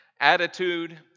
Attitude